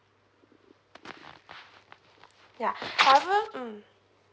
yeah however um